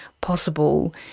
possible